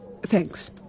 Thanks